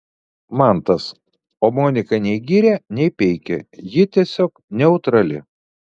mantas o monika nei giria nei peikia ji tiesiog neutrali